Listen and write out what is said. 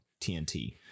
TNT